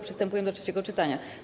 Przystępujemy do trzeciego czytania.